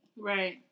Right